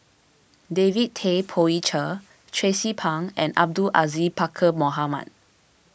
David Tay Poey Cher Tracie Pang and Abdul Aziz Pakkeer Mohamed